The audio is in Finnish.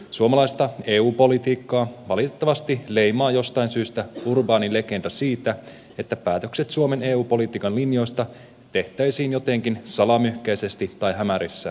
suomalaista eu politiikkaa valitettavasti leimaa jostain syystä urbaani legenda siitä että päätökset suomen eu politiikan linjoista tehtäisiin jotenkin salamyhkäisesti tai hämärissä oloissa